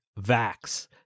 VAX